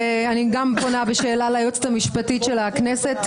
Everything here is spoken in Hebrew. גם אני פונה בשאלה ליועצת המשפטית של הכנסת,